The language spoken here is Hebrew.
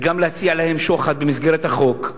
וגם להציע להם שוחד במסגרת החוק.